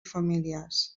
familiars